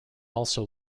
also